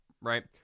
right